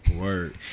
Word